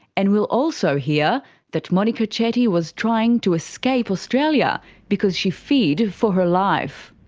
and we'll also hear that monika chetty was trying to escape australia because she feared for her life.